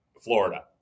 Florida